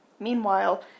Meanwhile